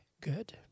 good